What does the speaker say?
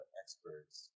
experts